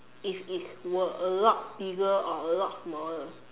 if it were a lot bigger or a lot smaller